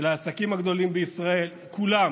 של העסקים הגדולים בישראל, כולם